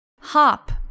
hop